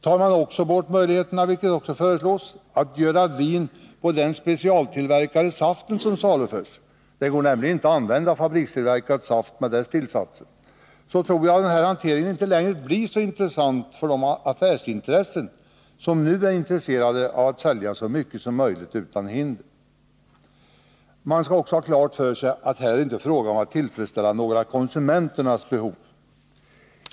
Tar man också bort möjligheten, vilket föreslås, att göra vin på den specialtillverkade saft som saluförs — det går nämligen inte att använda fabrikstillverkad saft med dess tillsatser — tror jag att den här hanteringen inte längre blir lockande för de affärsintressen som nu vill sälja så mycket som möjligt utan hinder. Man skall också ha klart för sig att det här inte är fråga om att tillfredsställa några konsumenternas behov.